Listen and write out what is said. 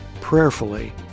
prayerfully